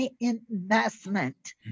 investment